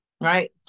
right